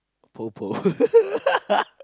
popo